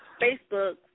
Facebook